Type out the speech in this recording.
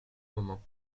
moment